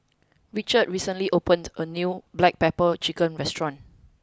Richard recently opened a new black pepper chicken restaurant